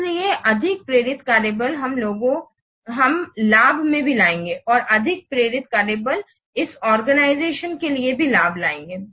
इसलिए अधिक प्रेरित कार्यबल हम लाभ में भी लाएंगे और अधिक प्रेरित कार्य बल इस आर्गेनाईजेशन के लिए भी लाभ लाएंगे